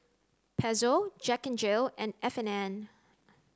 Pezzo Jack N Jill and F and N